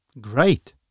great